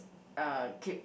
uh keep